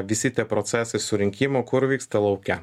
visi tie procesai surinkimo kur vyksta lauke